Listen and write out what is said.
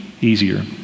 easier